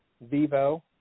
Vivo